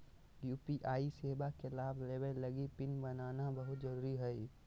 UPI सेवा के लाभ लेबे लगी पिन बनाना बहुत जरुरी हइ